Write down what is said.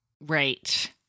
Right